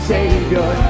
Savior